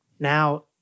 now